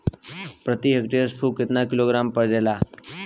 प्रति हेक्टेयर स्फूर केतना किलोग्राम परेला?